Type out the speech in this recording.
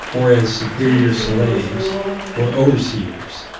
or as superior slaves or overseers,